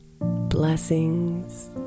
Blessings